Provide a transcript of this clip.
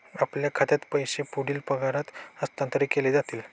आपल्या खात्यात पैसे पुढील पगारात हस्तांतरित केले जातील